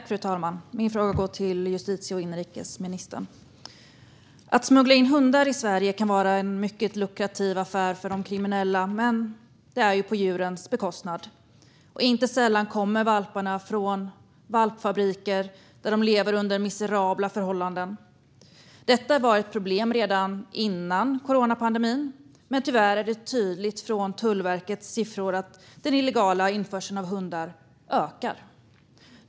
Fru talman! Min fråga går till justitie och inrikesministern. Att smuggla in hundar till Sverige kan vara en mycket lukrativ affär för kriminella, men det sker på djurens bekostnad. Inte sällan kommer valparna från valpfabriker där de lever under miserabla förhållanden. Detta var ett problem redan före coronapandemin, men tyvärr framgår det tydligt av Tullverkets siffror att den illegala införseln av hundar ökar.